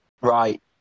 Right